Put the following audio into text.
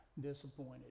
disappointed